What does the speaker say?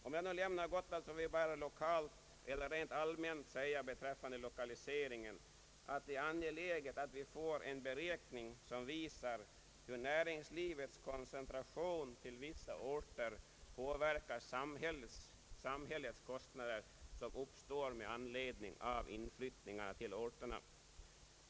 Om jag nu lämnar Gotland vill jag bara rent allmänt säga beträffande lokalisering att det är angeläget att vi får en beräkning som visar hur näringslivets koncentration till vissa orter påverkar samhällets kostnader, som uppstår med anledning av inflyttningar till orterna.